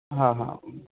ਹਾਂ ਹਾਂ